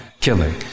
killing